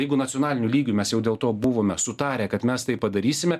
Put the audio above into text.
jeigu nacionaliniu lygiu mes jau dėl to buvome sutarę kad mes tai padarysime